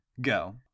Go